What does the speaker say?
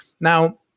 Now